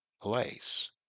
place